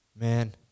man